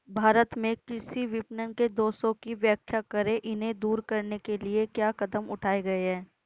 भारत में कृषि विपणन के दोषों की व्याख्या करें इन्हें दूर करने के लिए क्या कदम उठाए गए हैं?